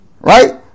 right